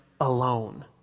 alone